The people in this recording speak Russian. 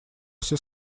все